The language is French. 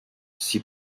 six